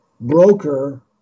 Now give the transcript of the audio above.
broker